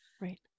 right